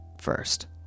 first